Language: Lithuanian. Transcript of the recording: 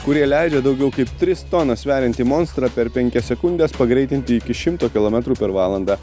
kurie leidžia daugiau kaip tris tonas sveriantį monstrą per penkias sekundes pagreitinti iki šimto kilometrų per valandą